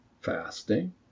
fasting